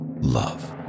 love